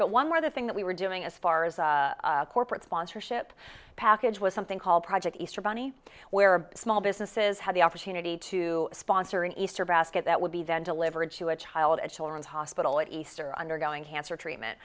but one where the thing that we were doing as far as a corporate sponsorship package was something called project easter bunny where small businesses had the opportunity to sponsor an easter basket that would be then delivered to a child at children's hospital at easter undergoing cancer treatment